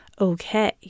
okay